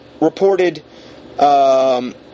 reported